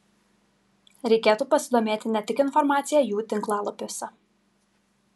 reikėtų pasidomėti ne tik informacija jų tinklalapiuose